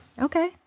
Okay